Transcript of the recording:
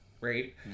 right